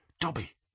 Dobby